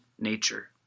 nature